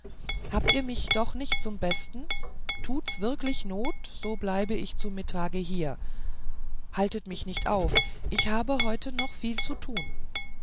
habt mich doch nicht zum besten tuts wirklich not so bleibe ich zu mittage hier haltet mich nicht auf ich habe heute noch viel zu tun